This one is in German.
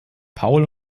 paul